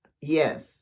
Yes